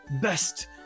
best